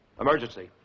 Emergency